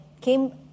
came